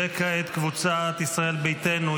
וכעת קבוצת ישראל ביתנו,